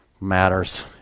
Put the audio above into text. matters